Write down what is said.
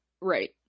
Right